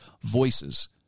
voices